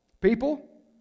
people